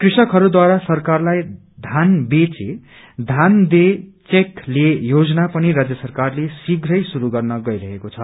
कृषकहरूद्वारा सरकारलाई धान बेचे धान दे चेक ले योजना पनि राजय सरकारले शिथै शुरू गर्न गइरहेको छ